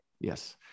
Yes